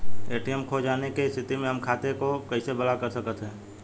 ATM खो जाने की स्थिति में हम खाते को कैसे ब्लॉक कर सकते हैं?